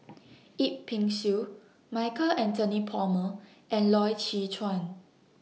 Yip Pin Xiu Michael Anthony Palmer and Loy Chye Chuan